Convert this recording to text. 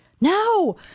No